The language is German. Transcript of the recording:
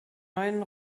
neuen